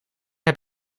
heb